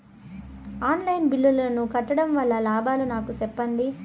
On line బిల్లుల ను కట్టడం వల్ల లాభాలు నాకు సెప్పండి?